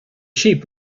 sheep